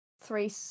three